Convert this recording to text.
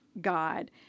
God